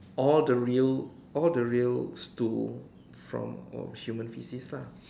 all the real all the real stool from human feces lah